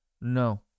No